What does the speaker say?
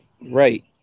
Right